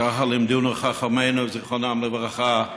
ככה לימדנו חכמינו, זיכרונם לברכה,